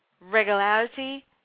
regularity